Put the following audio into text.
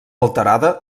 alterada